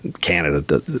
Canada